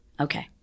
Okay